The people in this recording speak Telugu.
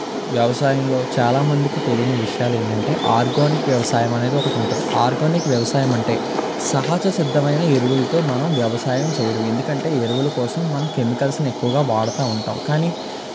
వ్యవసాయంలో చాలామందికి తెలియని విషయాలు ఏంటంటే ఆర్గానిక్ వ్యవసాయమనేది ఒకటి ఉంటుంది ఆర్గానిక్ వ్యవసాయం అంటే సహజ సిద్ధమైన ఎరువులతో మనం వ్యవసాయం చేయడం ఎందుకంటే ఎరువుల కోసం మనం కెమికల్స్ని ఎక్కువ వాడతా ఉంటాం కానీ